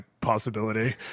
possibility